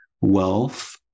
wealth